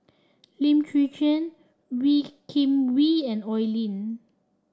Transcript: Lim Chwee Chian Wee Kim Wee and Oi Lin